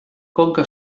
conca